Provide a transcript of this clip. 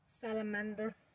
salamander